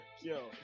yo